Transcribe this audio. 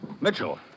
Mitchell